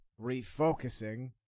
refocusing